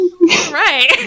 Right